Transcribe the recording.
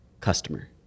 customer